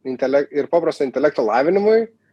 intele ir paprasti intelekto lavinimui